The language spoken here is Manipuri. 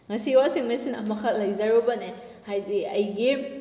ꯉꯁꯤ ꯋꯥꯁꯤꯡ ꯃꯦꯆꯤꯟ ꯑꯃꯈꯛ ꯂꯩꯖꯔꯨꯕꯅꯦ ꯍꯥꯏꯗꯤ ꯑꯩꯒꯤ